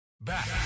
Back